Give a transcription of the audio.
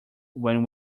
when